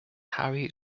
harry